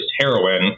heroin